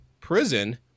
prison